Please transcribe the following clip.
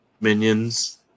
minions